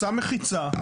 שם מחיצה,